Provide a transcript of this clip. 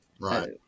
Right